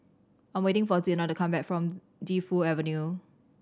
I'm waiting for Zina to come back from Defu Avenue